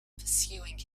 pursuing